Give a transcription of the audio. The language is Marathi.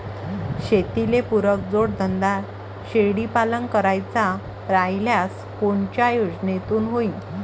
शेतीले पुरक जोडधंदा शेळीपालन करायचा राह्यल्यास कोनच्या योजनेतून होईन?